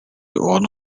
one